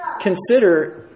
consider